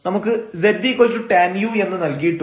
നമുക്ക് ztan u എന്ന് നൽകിയിട്ടുണ്ട്